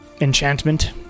enchantment